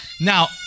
Now